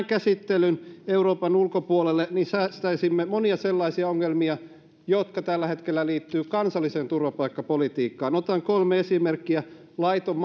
käsittelyn euroopan ulkopuolelle niin säästäisimme monia sellaisia ongelmia jotka tällä hetkellä liittyvät kansalliseen turvapaikkapolitiikkaan otan kolme esimerkkiä laiton